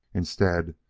instead,